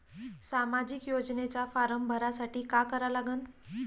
सामाजिक योजनेचा फारम भरासाठी का करा लागन?